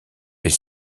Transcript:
est